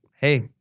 hey